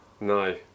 No